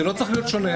זה לא צריך להיות שונה.